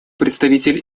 представитель